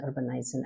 urbanizing